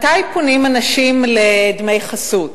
מתי פונים אנשים לדמי חסות,